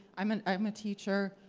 i mean i'm a teacher.